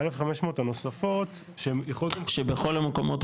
ה-1500 הנוספות שיכול להיות שהם --- שבכל המקומות,